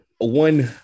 One